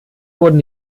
wurden